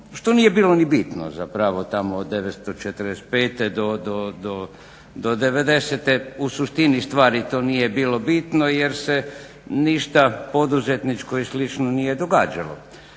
što nije bilo ni bitno zapravo tamo od 1945. do '90., u suštini stvari to nije bilo bitno jer se ništa poduzetničko i slično nije događalo.